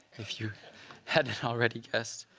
if you hadn't already guessed,